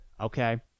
Okay